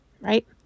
right